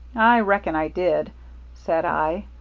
i reckon i did said i.